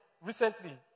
recently